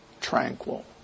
tranquil